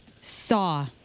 Saw